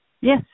Yes